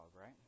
right